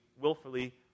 willfully